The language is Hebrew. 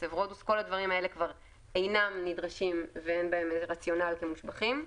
עשב רודוס כל הדברים האלה כבר אינם נדרשים ואין בהם רציונל כמושבחים.